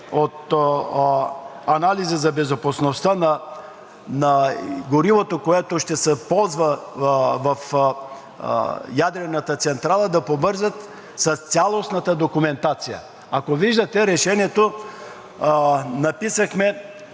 от анализа за безопасността на горивото, което ще се ползва в ядрената централа, да побързат с цялостната документация. Както виждате, в Решението написахме